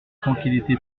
tranquillité